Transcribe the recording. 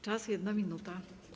Czas - 1 minuta.